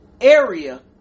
area